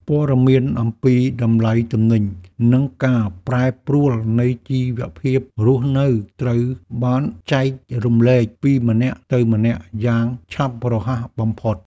ព័ត៌មានអំពីតម្លៃទំនិញ និងការប្រែប្រួលនៃជីវភាពរស់នៅត្រូវបានចែករំលែកពីម្នាក់ទៅម្នាក់យ៉ាងឆាប់រហ័សបំផុត។